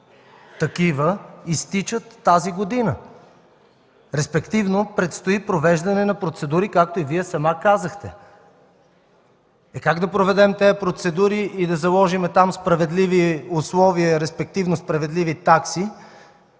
такива изтичат тази година. Респективно предстои провеждане на процедури, както и Вие сама казахте. Как да проведем тези процедури и да заложим там справедливи условия, респективно справедливи такси,